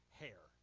hair